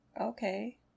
Okay